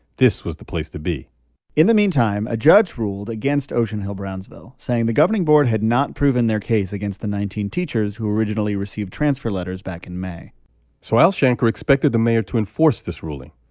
this was the place to be in the meantime, a judge ruled against ocean hill-brownsville, saying the governing board had not proven their case against the nineteen teachers who originally received transfer letters back in may so al shanker expected the mayor to enforce this ruling,